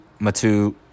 Matu